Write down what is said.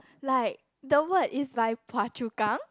like the word is by Phua-Chu-Kang